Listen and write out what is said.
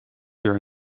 your